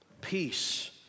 Peace